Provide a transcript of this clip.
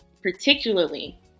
particularly